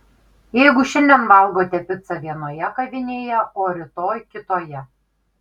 jeigu šiandien valgote picą vienoje kavinėje o rytoj kitoje